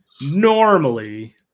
normally